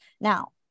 Now